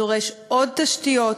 דורש עוד תשתיות,